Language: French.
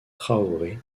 traoré